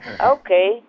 Okay